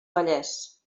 vallès